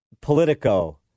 Politico